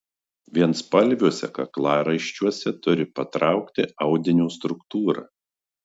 vienspalviuose kaklaraiščiuose turi patraukti audinio struktūra